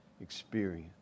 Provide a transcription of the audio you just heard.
experience